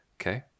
Okay